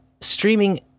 streaming